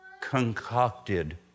concocted